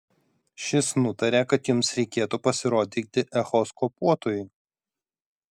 šis nutarė kad jums reikėtų pasirodyti echoskopuotojui